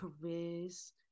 careers